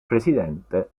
presidente